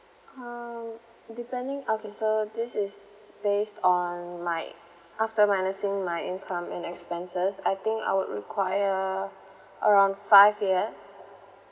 um depending okay so this is based on my after minusing my income and expenses I think I would require around five years